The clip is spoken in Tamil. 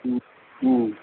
ம் ம்